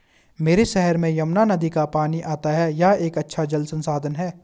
मेरे शहर में यमुना नदी का पानी आता है यह एक अच्छा जल संसाधन है